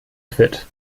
quitt